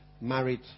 married